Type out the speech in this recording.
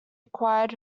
acquired